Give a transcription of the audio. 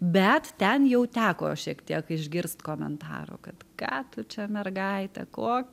bet ten jau teko šiek tiek išgirst komentarų kad ką tu čia mergaite ko